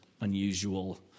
unusual